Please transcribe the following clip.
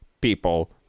people